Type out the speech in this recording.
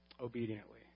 obediently